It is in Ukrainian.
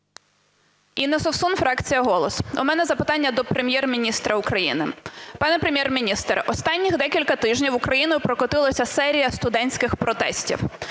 Інна Совсун, фракція "Голос". У мене запитання до Прем'єр-міністра України. Пане Прем'єр-міністр, останніх декілька тижнів Україною прокотилася серія студентських протестів,